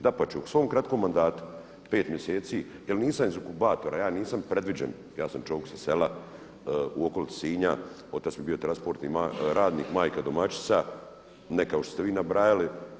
Dapače u svom kratkom mandatu 5 mjeseci, ja nisam iz inkubatora, ja nisam predviđen ja sam čovjek sa sela u okolici Sinja, otac mi je bio transportni radnik, majka domaćica, ne kao što ste vi nabrajali.